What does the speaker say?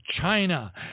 China